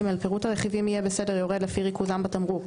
(ג)פירוט הרכיבים יהיה בסדר יורד לפי ריכוזם בתמרוק,